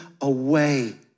away